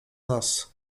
nas